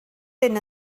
hyn